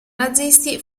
nazisti